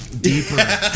deeper